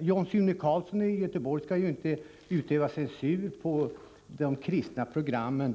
John Sune Carlson skall inte censurera de kristna program